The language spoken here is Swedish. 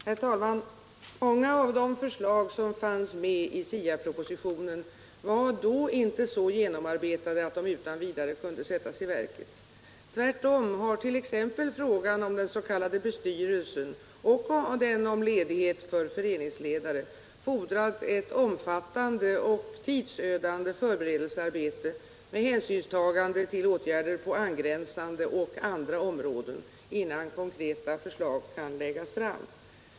Herr talman! Många av de förslag som fanns med i STA-propositionen var inte så genomarbetade att de utan vidare kunde sättas i verket. Tvärtom har t.ex. frågan om den s.k. bestyrelsen och frågan om ledighet för föreningsledare fordrat ett omfattande och tidsödande förberedelsearbete med hänsynstagande till åtgärder på olika områden innan konkreta förslag kan läggas fram.